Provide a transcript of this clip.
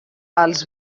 els